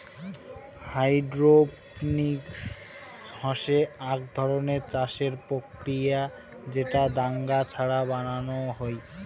hydroponics হসে আক ধরণের চাষের প্রক্রিয়া যেটা দাঙ্গা ছাড়া বানানো হই